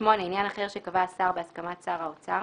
(8)עניין אחר שקבע השר בהסכמת שר האוצר